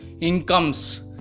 incomes